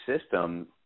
system